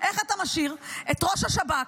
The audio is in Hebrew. איך אתה משאיר את ראש השב"כ,